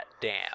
dam